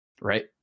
Right